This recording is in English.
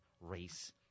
race